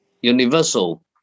universal